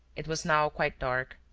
it was now quite dark.